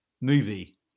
movie